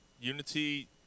Unity